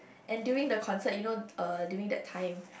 and during the concert you know uh during that time